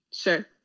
Sure